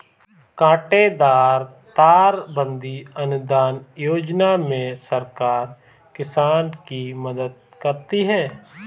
कांटेदार तार बंदी अनुदान योजना में सरकार किसान की क्या मदद करती है?